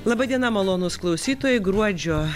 laba diena malonūs klausytojai gruodžio